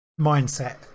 mindset